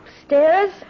upstairs